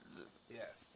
Yes